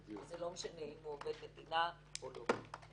לא משנה אם הוא עובד מדינה או לא.